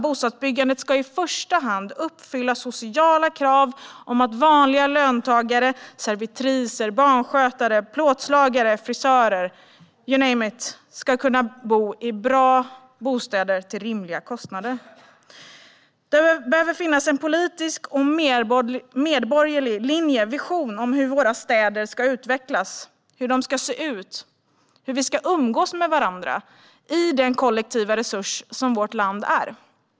Bostadsbyggandet ska i första hand uppfylla sociala krav på att vanliga löntagare - servitriser, barnskötare, plåtslagare, frisörer, you name it - ska kunna bo i bra bostäder till rimliga kostnader. Det behöver finnas en politisk och medborgerlig linje och vision för hur våra städer ska utvecklas, hur de ska se ut, hur vi ska umgås med varandra i den kollektiva resurs som vårt land är.